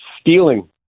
stealing